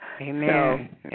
Amen